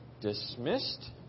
dismissed